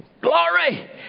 Glory